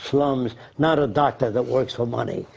slums. not a doctor that works for money.